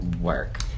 Work